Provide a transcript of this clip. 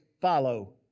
follow